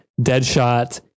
Deadshot